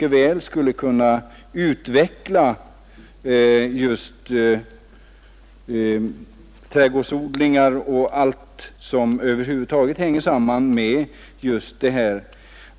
Trädgårdsoch grönsaksodling på Gotland och allt som sammanhänger därmed skulle kunna utvecklas mera.